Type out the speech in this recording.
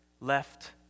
left